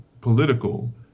political